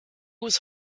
was